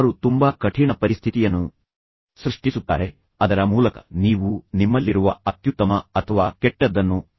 ಅವರು ತುಂಬಾ ಕಠಿಣ ಪರಿಸ್ಥಿತಿಯನ್ನು ಸೃಷ್ಟಿಸುತ್ತಾರೆ ಅದರ ಮೂಲಕ ನೀವು ನಿಮ್ಮಲ್ಲಿರುವ ಅತ್ಯುತ್ತಮ ಅಥವಾ ಕೆಟ್ಟದ್ದನ್ನು ತರಬಹುದು